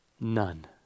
None